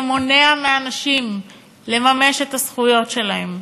שמונעים מאנשים לממש את הזכויות שלהם.